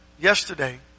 yesterday